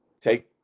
take